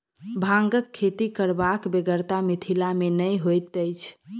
भांगक खेती करबाक बेगरता मिथिला मे नै होइत अछि